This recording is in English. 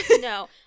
No